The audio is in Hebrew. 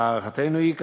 והערכתנו היא,